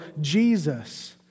Jesus